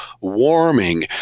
warming